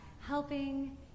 helping